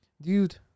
Dude